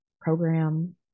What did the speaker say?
program